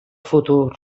futur